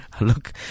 look